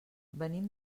venim